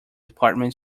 department